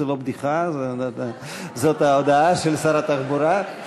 זו לא בדיחה, זו ההודעה של שר התחבורה.